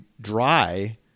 dry